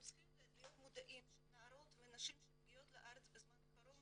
אנחנו צריכים להיות מודעים לכך שנערות ונשים שמגיעות לארץ בזמן האחרון